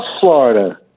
Florida